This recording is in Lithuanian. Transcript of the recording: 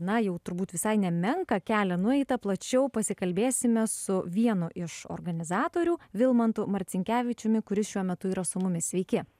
na jau turbūt visai nemenką kelią nueitą plačiau pasikalbėsime su vienu iš organizatorių vilmantu marcinkevičiumi kuris šiuo metu yra su mumis sveiki